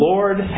Lord